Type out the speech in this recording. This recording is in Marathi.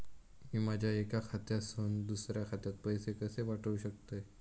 मी माझ्या एक्या खात्यासून दुसऱ्या खात्यात पैसे कशे पाठउक शकतय?